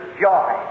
joy